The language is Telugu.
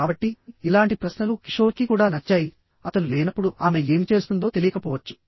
కాబట్టి ఇలాంటి ప్రశ్నలు కిషోర్కి కూడా నచ్చాయి అతను లేనప్పుడు ఆమె ఏమి చేస్తుందో తెలియకపోవచ్చు